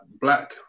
black